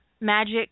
magic